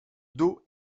dos